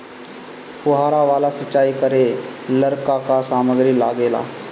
फ़ुहारा वाला सिचाई करे लर का का समाग्री लागे ला?